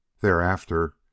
Thereafter